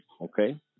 okay